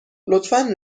لطفا